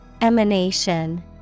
Emanation